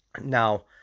Now